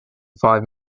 five